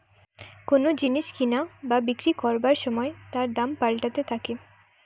কোন জিনিস কিনা বা বিক্রি করবার সময় তার দাম পাল্টাতে থাকে